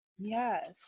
Yes